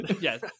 yes